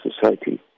society